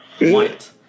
White